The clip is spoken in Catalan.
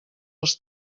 els